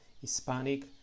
Hispanic